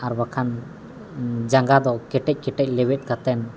ᱟᱨ ᱵᱟᱠᱷᱟᱱ ᱡᱟᱸᱜᱟ ᱫᱚ ᱠᱮᱴᱮᱡᱽᱼᱠᱮᱴᱮᱡᱽ ᱞᱮᱵᱮᱫ ᱠᱟᱛᱮᱫ